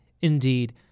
Indeed